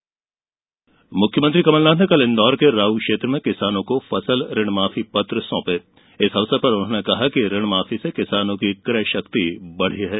कमलनाथ मुख्यमंत्री कमल नाथ ने कल इंदौर के राऊ क्षेत्र में किसानों को फसल ऋण माफी प्रमाण पत्र सौंपते हुए कहा कि ऋण माफी से किसानों की क्रय शक्ति बढ़ी है